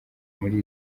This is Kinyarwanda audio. muri